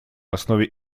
основе